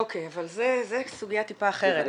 אוקי, אבל זו סוגיה טיפה אחרת.